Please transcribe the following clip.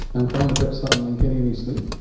and finally, brett sutton, are you getting any sleep?